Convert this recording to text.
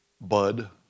bud